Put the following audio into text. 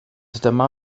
dyma